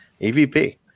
EVP